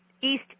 east